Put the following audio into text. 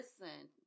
Listen